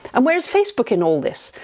and where is facebook in all this?